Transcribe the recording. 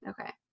Okay